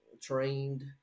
trained